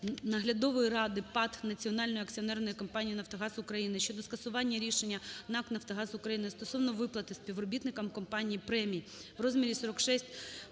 Наглядової ради ПАТ «Національної акціонерної компанії "Нафтогаз України» щодо скасування рішення НАК "Нафтогаз України" стосовно виплати співробітникам компанії премій в розмірі 46,3